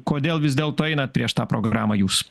kodėl vis dėlto einat prieš tą programą jūs